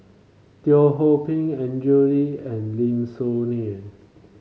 Teo Ho Pin Andrew Lee and Lim Soo Ngee